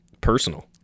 personal